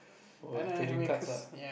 oh trading cards ah